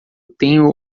tenho